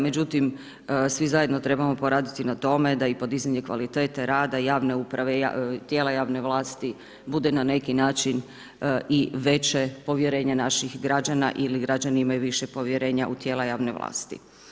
Međutim, svi zajedno trebamo poraditi na tome da i podizanje kvalitete rada javne uprave, tijela javne vlasti bude na neki način i veće povjerenje naših građana ili građani imaju više povjerenja u tijela javne vlasti.